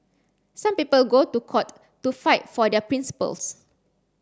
some people go to court to fight for their principles